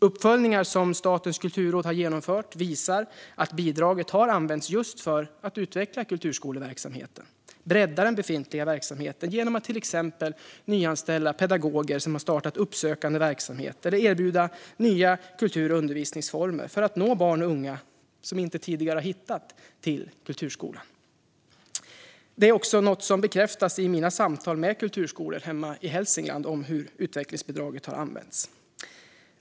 Uppföljningar som Statens kulturråd har genomfört visar att bidraget har använts just för att utveckla kulturskoleverksamheten och bredda den befintliga verksamheten, till exempel genom att nyanställa pedagoger som startat uppsökande verksamhet eller erbjuda nya kultur och undervisningsformer för att nå barn och unga som inte tidigare hittat till kulturskolan. Detta är också något som bekräftas i mina samtal med kulturskolor hemma i Hälsingland om hur utvecklingsbidraget har använts.